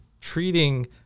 treating